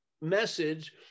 message